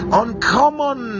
uncommon